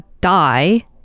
die